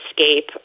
escape